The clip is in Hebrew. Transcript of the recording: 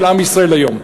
של עם ישראל היום,